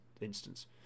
instance